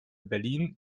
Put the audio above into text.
berlin